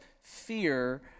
fear